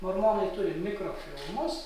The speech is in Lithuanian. mormonai turi mikrofilmus